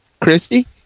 Christy